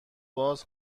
باز